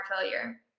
failure